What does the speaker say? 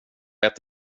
ett